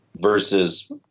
versus